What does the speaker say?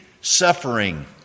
suffering